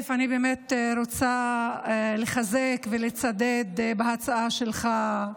ראשית, אני באמת רוצה לחזק ולצדד בהצעה שלך,